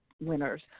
winners